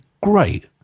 great